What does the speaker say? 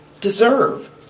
Deserve